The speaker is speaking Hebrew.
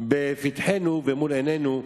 לפתחנו ומול עינינו,